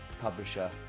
publisher